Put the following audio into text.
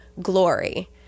glory